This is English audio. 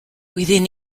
within